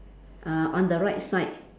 uh on the right side